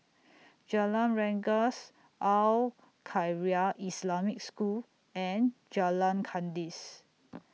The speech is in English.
Jalan Rengas Al Khairiah Islamic School and Jalan Kandis